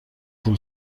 پول